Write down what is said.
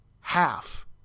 half